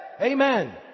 amen